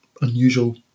unusual